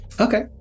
Okay